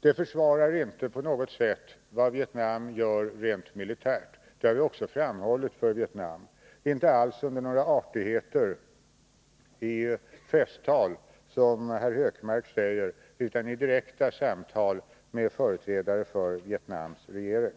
Det försvarar inte på något sätt vad Vietnam gör rent militärt. Det har vi också framhållit för Vietnam — inte alls under några artigheter i festtal, som herr Hökmark säger, utan i direkta samtal med företrädare för Vietnams regering.